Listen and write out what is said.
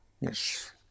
Yes